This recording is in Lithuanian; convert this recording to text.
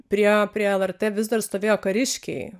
prie prie lrt vis dar stovėjo kariškiai